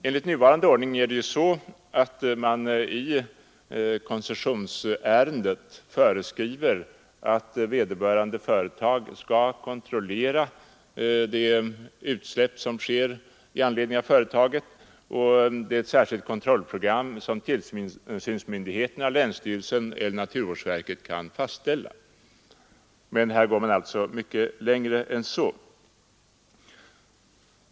Enligt nuvarande föreskrifter för koncessionsärenden skall vederbörande företag självt kontrollera de utsläpp som företaget gör. För detta kan tillsynsmyndigheten, länsstyrelsen eller naturvårdsverket, fastställa ett särskilt kontrollprogram. I propositionen går man alltså mycket längre än så.